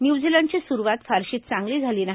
व्यूझीलंडची सुरूवात फारशी चांगली झाली नाही